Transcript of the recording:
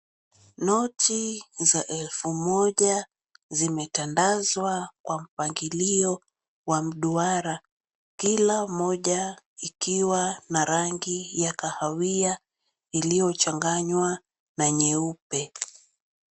Noti za elfu moja zimetandazwa kwa mpangilio wa mduara, kila moja ikiwa na rangi ya kahawia iliyochanganywa na nyeupe.